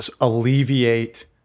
alleviate